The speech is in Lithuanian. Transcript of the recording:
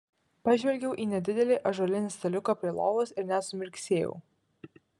pažvelgiau į nedidelį ąžuolinį staliuką prie lovos ir net sumirksėjau